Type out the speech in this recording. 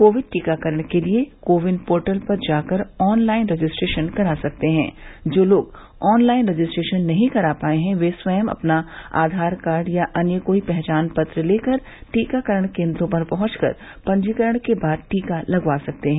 Covid टीकाकरण के लिये को विन पोर्टल पर जाकर ऑन लाइन रजिस्ट्रेशन करा सकते है जो लोग ऑन लाइन रजिस्ट्रेशन नहीं करा पाये है ये स्वयं अपना आधार कार्ड या अन्य कोई पहचान पत्र लेकर टीकाकरण केन्द्रों पर पहुंच कर पंजीकरण के बाद टीका लगवा सकते हैं